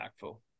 impactful